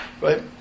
Right